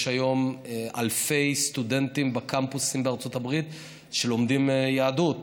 יש היום אלפי סטודנטים בקמפוסים בארצות הברית שלומדים יהדות.